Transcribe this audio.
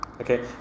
Okay